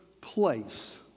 place